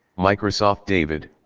microsoft david.